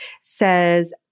says